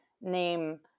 name